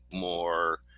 more